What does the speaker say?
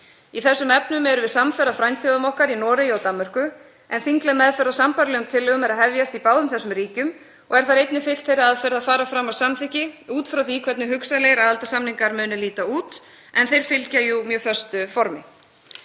Í þessum efnum erum við samferða frændþjóðum okkar í Noregi og Danmörku en þingleg meðferð á sambærilegum tillögum er að hefjast í báðum þessum ríkjum og er þar einnig fylgt þeirri aðferð að fara fram á samþykki út frá því hvernig hugsanlegir aðildarsamningar munu líta út en þeir fylgja jú mjög föstu formi.